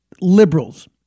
liberals